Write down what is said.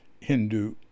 Hindu